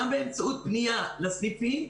גם באמצעות פנייה לסניפים,